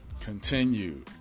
Continue